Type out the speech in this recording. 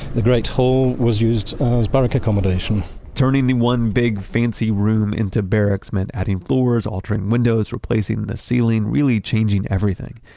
the great hall was used as barrack accommodation turning the one big, fancy room into barracks meant adding floors, altering windows, replacing the ceiling, really changing everything.